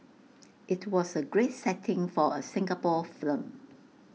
IT was A great setting for A Singapore film